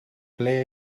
ble